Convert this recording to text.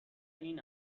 این